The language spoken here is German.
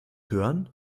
hören